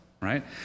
right